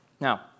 Now